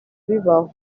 bibaho